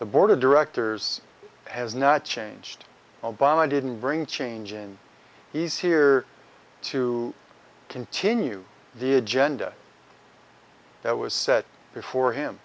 the board of directors has not changed obama didn't bring change in he's here to continue the agenda that was set before him